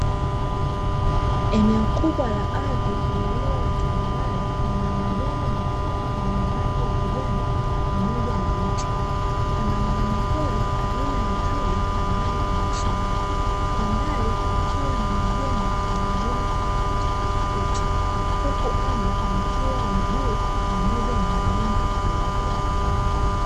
Eneo kubwa la ardhi lililo la tambarare lina majani mafupi yenye rangi ya kijani pamoja na miti kuna mnyama pori aina ya twiga ambaye kukiwa na majengo ya aina tofautitofauti huku anga likiwa la blue pamoja na mawingu meupe.